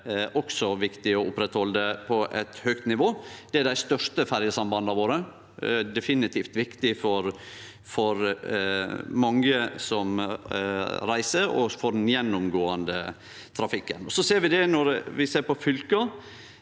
er også viktig å oppretthalde på eit høgt nivå – det er dei største ferjesambanda våre. Det er definitivt viktig for mange som reiser og for den gjennomgåande trafikken. Når vi ser på fylka,